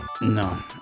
No